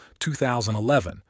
2011